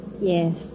Yes